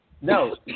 No